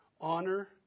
Honor